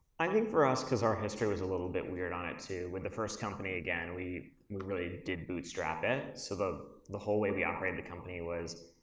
i think for us, cause our history was little bit weird on it, too, with the first company, again, we really did bootstrap it. so the the whole way we operated the company was,